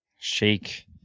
Shake